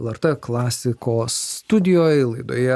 lrt klasikos studijoj laidoje